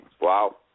Wow